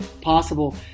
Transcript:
possible